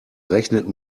rechnet